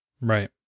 Right